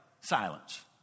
silence